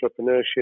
entrepreneurship